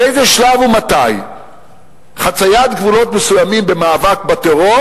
באיזה שלב ומתי חציית גבולות מסוימים במאבק בטרור